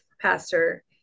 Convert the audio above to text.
pastor